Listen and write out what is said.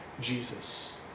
Jesus